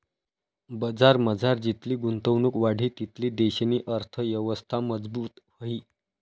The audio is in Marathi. बजारमझार जितली गुंतवणुक वाढी तितली देशनी अर्थयवस्था मजबूत व्हयी